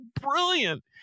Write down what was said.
brilliant